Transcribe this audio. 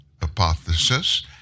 hypothesis